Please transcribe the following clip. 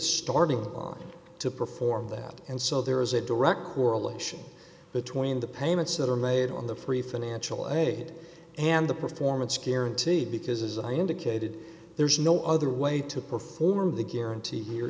starting line to perform that and so there is a direct correlation between the payments that are made on the free financial aid and the performance guaranteed because as i indicated there is no other way to perform the guarantee here